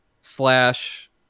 slash